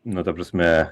nu ta prasme